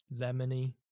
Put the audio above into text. lemony